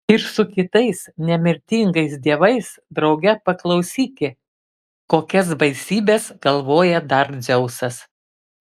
ir su kitais nemirtingais dievais drauge paklausyki kokias baisybes galvoja dar dzeusas